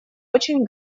очень